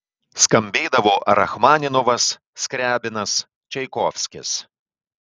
skambėdavo rachmaninovas skriabinas čaikovskis